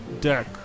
deck